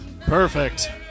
Perfect